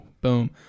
boom